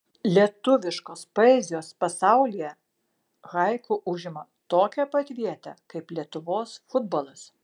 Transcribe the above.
lietuviškos poezijos pasaulyje haiku užima tokią pat vietą kaip lietuvos futbolas